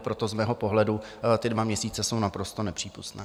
Proto z mého pohledu ty dva měsíce jsou naprosto nepřípustné.